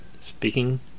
Speaking